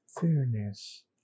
Fairness